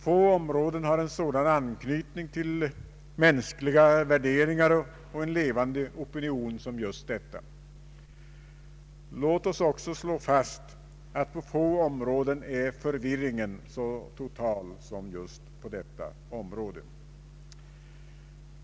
Få områden har en sådan anknytning till mänskliga värderingar och en levande opinion som just detta. Låt oss också slå fast att på få områden är förvirringen så total som på detta område.